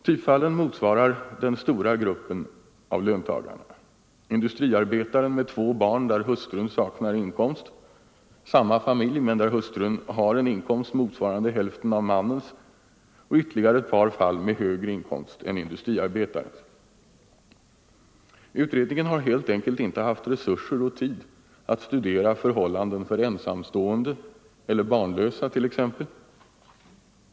Typfallen motsvarar den stora gruppen av löntagarna: industriarbetaren med två barn där hustrun saknar inkomst, samma familj där hustrun har en inkomst motsvarande hälften av mannens och ytterligare ett par fall med högre inkomst än industriarbetarens. Utredningen har helt enkelt inte haft resurser och tid att studera förhållandena för ensamstående eller barnlösa t.ex.